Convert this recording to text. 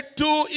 two